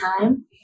time